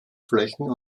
flächen